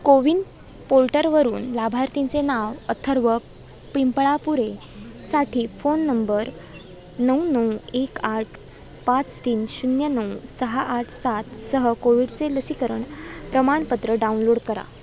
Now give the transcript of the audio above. कोविन पोर्टरवरून लाभार्थींचे नाव अथर्व पिंपळापुरेसाठी फोन नंबर नऊ नऊ एक आठ पाच तीन शून्य नऊ सहा आठ सातसह कोविडचे लसीकरण प्रमाणपत्र डाउनलोड करा